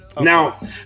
Now